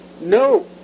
no